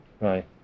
Right